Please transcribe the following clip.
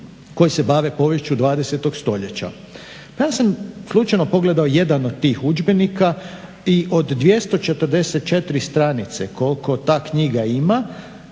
koji se bave poviješću 20 stoljeća. Danas sam slučajno pogledao jedan od tih udžbenika i od 244 stranice koliko ta knjiga ima